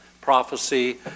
prophecy